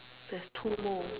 there's two more